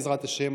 בעזרת השם,